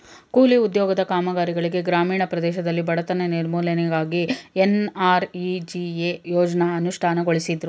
ಕೂಲಿ ಉದ್ಯೋಗದ ಕಾಮಗಾರಿಗಳಿಗೆ ಗ್ರಾಮೀಣ ಪ್ರದೇಶದಲ್ಲಿ ಬಡತನ ನಿರ್ಮೂಲನೆಗಾಗಿ ಎನ್.ಆರ್.ಇ.ಜಿ.ಎ ಯೋಜ್ನ ಅನುಷ್ಠಾನಗೊಳಿಸುದ್ರು